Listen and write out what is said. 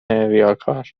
ریاکار